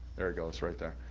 there it goes right there,